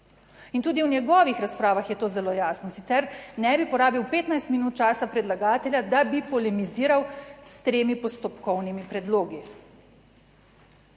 In tudi v njegovih razpravah je to zelo jasno, sicer ne bi porabil 15 minut časa predlagatelja, da bi polemiziral s tremi postopkovnimi predlogi.